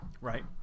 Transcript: Right